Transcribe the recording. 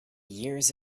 years